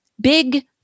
big